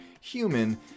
human